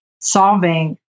solving